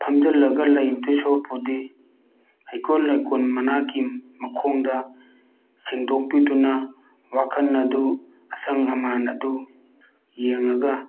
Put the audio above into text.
ꯐꯝꯖꯜꯂꯒ ꯂꯩꯗꯣꯏ ꯁꯔꯨꯛꯄꯨꯗꯤ ꯍꯩꯀꯣꯜ ꯂꯩꯀꯣꯜ ꯃꯅꯥꯛꯀꯤ ꯃꯈꯣꯡꯗ ꯁꯦꯡꯗꯣꯛꯄꯤꯗꯨꯅ ꯋꯥꯈꯟ ꯑꯗꯨ ꯑꯁꯪ ꯑꯃꯥꯟ ꯑꯗꯨ ꯌꯦꯡꯉꯒ